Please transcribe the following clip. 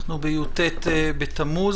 אנחנו בי"ט בתמוז.